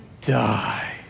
die